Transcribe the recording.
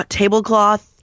tablecloth